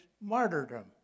martyrdom